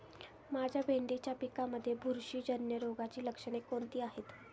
माझ्या भेंडीच्या पिकामध्ये बुरशीजन्य रोगाची लक्षणे कोणती आहेत?